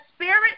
spirit